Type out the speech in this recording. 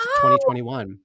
2021